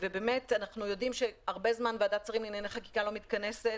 אנחנו יודעים שהרבה זמן ועדת שרים לענייני חקיקה לא מתכנסת